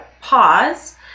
pause